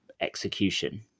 execution